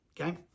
okay